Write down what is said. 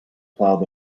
plough